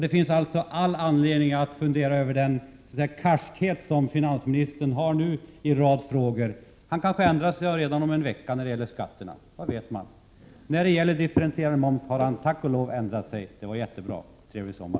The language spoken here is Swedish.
Det finns alltså anledning att fundera över den karskhet som finansministern visar nu i en rad frågor. Han kanske ändrar sig redan om en vecka när det gäller skatterna — vad vet man? När det gäller differentierad moms har han tack och lov ändrat sig. Det var jättebra. Trevlig sommar!